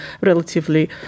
relatively